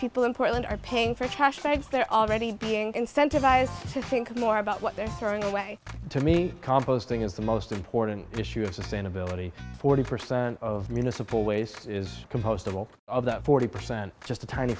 people in portland are paying for trash bags they're already being incentivized to think more about what they're throwing away to me composting is the most important issue of sustainability forty percent of municipal waste is composed of all of that forty percent just a tiny